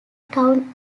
town